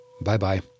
Bye-bye